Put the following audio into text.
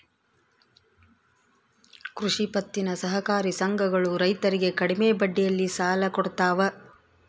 ಕೃಷಿ ಪತ್ತಿನ ಸಹಕಾರಿ ಸಂಘಗಳು ರೈತರಿಗೆ ಕಡಿಮೆ ಬಡ್ಡಿಯಲ್ಲಿ ಸಾಲ ಕೊಡ್ತಾವ